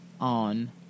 on